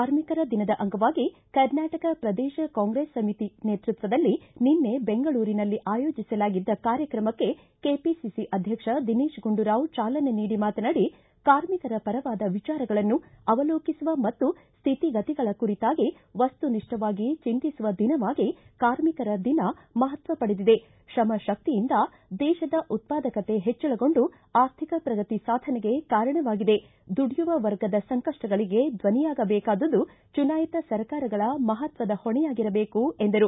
ಕಾರ್ಮಿಕರ ದಿನದ ಅಂಗವಾಗಿ ಕರ್ನಾಟಕ ಪ್ರದೇಶ ಕಾಂಗ್ರೆಸ್ ಸಮಿತಿ ನೇತೃತ್ವದಲ್ಲಿ ನಿನ್ನೆ ಬೆಂಗಳೂರಿನಲ್ಲಿ ಆಯೋಜಿಸಲಾಗಿದ್ದ ಕಾರ್ಯಕ್ರಮಕ್ಕೆ ಕೆಪಿಸಿಸಿ ಅಧ್ಯಕ್ಷ ದಿನೇತ್ ಗುಂಡೂರಾವ್ ಚಾಲನೆ ನೀಡಿ ಮಾತನಾಡಿ ಕಾರ್ಮಿಕರ ಪರವಾದ ವಿಚಾರಗಳನ್ನು ಅವಲೋಕಿಸುವ ಮತ್ತು ಶ್ವಿತಿಗತಿಗಳ ಕುರಿತಾಗಿ ವಸ್ತುನಿಷ್ಠವಾಗಿ ಚಿಂತಿಸುವ ದಿನವಾಗಿ ಕಾರ್ಮಿಕರ ದಿನ ಮಹತ್ವ ಪಡೆದಿದೆ ಶ್ರಮಶಕ್ತಿಯಿಂದ ದೇಶದ ಉತ್ಪಾದಕತೆ ಪೆಚ್ಚಳಗೊಂಡು ಆರ್ಥಿಕ ಪ್ರಗತಿ ಸಾಧನೆಗೆ ಕಾರಣವಾಗಿದೆ ದುಡಿಯುವ ವರ್ಗದ ಸಂಕಪ್ಪಗಳಿಗೆ ದನಿಯಾಗಬೇಕಾದುದು ಚುನಾಯಿತ ಸರ್ಕಾರಗಳ ಮಹತ್ವದ ಹೊಣೆಯಾಗಿರಬೇಕು ಎಂದರು